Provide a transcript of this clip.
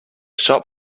shop